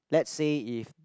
let's say if